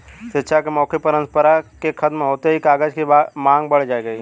शिक्षा की मौखिक परम्परा के खत्म होते ही कागज की माँग बढ़ गई